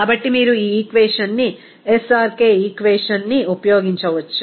కాబట్టి మీరు ఈ ఈక్వేషన్ ని SRK ఈక్వేషన్ ని ఉపయోగించవచ్చు